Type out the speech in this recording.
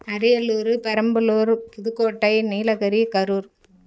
Ariyalur Perambalur Pudukkottai Nilgiri Karur